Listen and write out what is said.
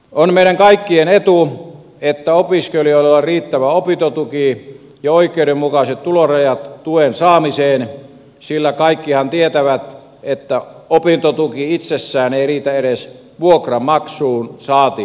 on meidän kaikkien etu että opiskelijoilla on riittävä opintotuki ja oikeudenmukaiset tulorajat tuen saamiseen sillä kaikkihan tietävät että opintotuki itsessään ei riitä edes vuokranmaksuun saati elämiseen